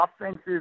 offensive